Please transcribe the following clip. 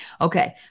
Okay